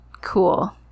cool